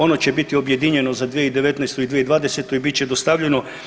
Ono će biti objedinjeno za 2019. i 2020. i bit će dostavljeno.